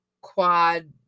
quad